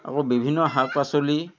আকৌ বিভিন্ন শাক পাচলি